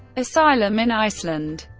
asylum in iceland